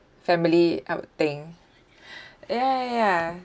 family outing ya ya ya